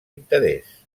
interès